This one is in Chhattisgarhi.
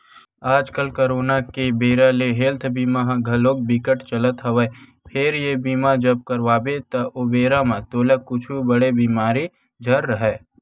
आजकल करोना के बेरा ले हेल्थ बीमा ह घलोक बिकट चलत हवय फेर ये बीमा जब करवाबे त ओ बेरा म तोला कुछु बड़े बेमारी झन राहय